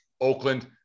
Oakland